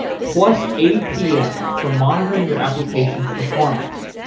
plus, apm for monitoring your application's performance.